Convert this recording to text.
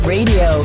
Radio